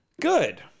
Good